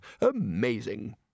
Amazing